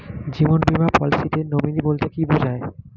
জীবন বীমা পলিসিতে নমিনি বলতে কি বুঝায়?